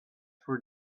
for